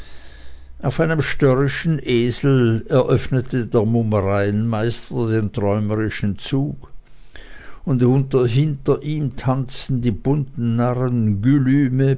auf einem störrischen esel eröffnete der mummereimeister den träumerischen zug und hinter ihm tanzten die bunten narren